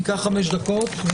הישיבה ננעלה בשעה 11:00.